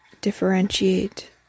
differentiate